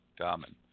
common